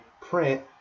print